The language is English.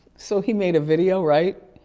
so he made a video, right?